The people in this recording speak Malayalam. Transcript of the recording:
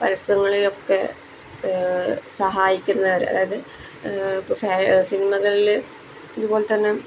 പരസ്യങ്ങളിലൊക്കെ സഹായിക്കുന്നവർ അതായത് ഇപ്പം സിനിമകളിൽ ഇതുപോലെത്തന്നെ